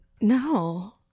No